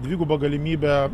dvigubą galimybę